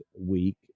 week